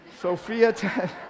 Sophia